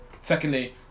secondly